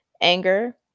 anger